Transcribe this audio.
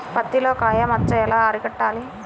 పత్తిలో కాయ మచ్చ ఎలా అరికట్టాలి?